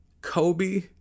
Kobe